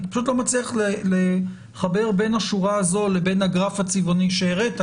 אני פשוט לא מצליח לחבר בין השורה הזו לבין הגרף הצבעוני שהראית,